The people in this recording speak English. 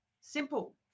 Simple